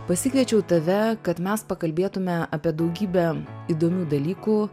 pasikviečiau tave kad mes pakalbėtume apie daugybę įdomių dalykų